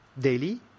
daily